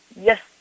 Yes